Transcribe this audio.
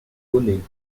connaît